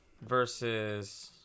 versus